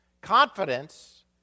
Confidence